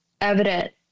evident